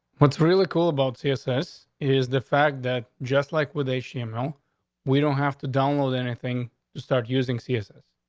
what's really cool about css is the fact that just like with a she and male, we don't have to donald anything to start using css.